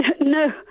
No